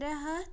ترٛےٚ ہَتھ